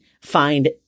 find